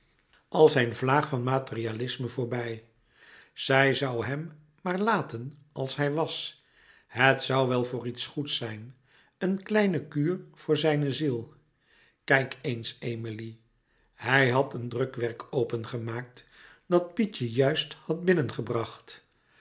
al zijn vlaag van materialisme voorbij zij zoû hem maar laten als hij was het zoû wel voor iets goeds zijn een kleine kuur voor zijne ziel kijk eens emilie hij had een drukwerk opengemaakt dat pietje juist had binnengebracht